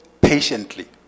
patiently